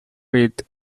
faith